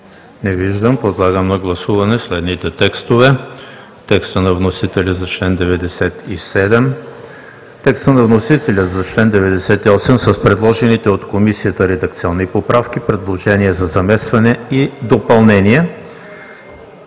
Не виждам. Подлагам на гласуване следните текстове: текста на вносителя за чл. 97; текста на вносителя за 98 с предложените от Комисията редакционни поправки – предложения за заместване и допълнение;